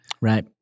Right